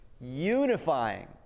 Unifying